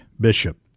Bishop